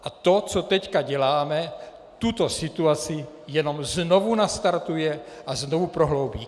A to, co teď děláme, tuto situaci jenom znovu nastartuje a znovu prohloubí.